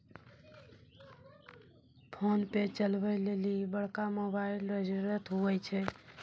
PhonePe चलबै लेली बड़का मोबाइल रो जरुरत हुवै छै